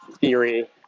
theory